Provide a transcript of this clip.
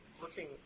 Looking